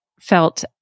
felt